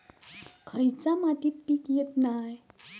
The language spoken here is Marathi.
खयच्या मातीत पीक येत नाय?